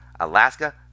alaska